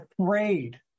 afraid